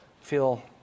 feel